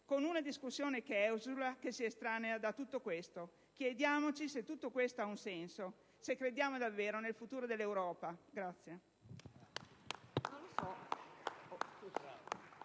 con una discussione che esula e si estranea da tutto questo. Chiediamoci se tutto questo ha un senso e se crediamo davvero nel futuro dell'Europa.